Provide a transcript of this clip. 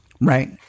Right